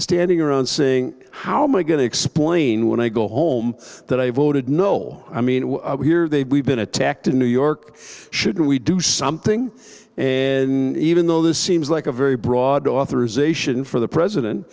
standing around saying how my going to explain when i go home that i voted no i mean here they've been attacked in new york should we do something and even though this seems like a very broad authorization for the president